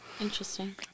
Interesting